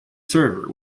server